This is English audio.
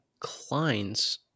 Kleins